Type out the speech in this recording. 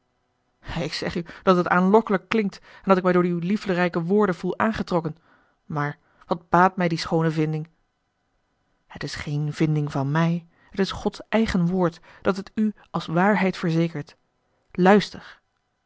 ik zeg u dat het aanlokkelijk klinkt en dat ik mij door uwe liefderijke woorden voele aangetrokken maar wat baat mij die schoone vinding het is geene vinding van mij het is gods eigen woord dat het u als waarheid verzekert luister